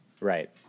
Right